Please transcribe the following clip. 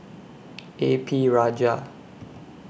A P Rajah